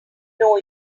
know